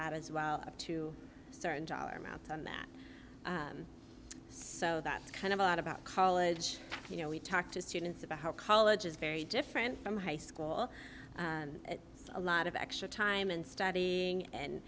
that as well to certain dollar amount on that so that's kind of a lot about college you know we talk to students about how college is very different from high school a lot of extra time and study and